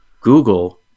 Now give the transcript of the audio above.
Google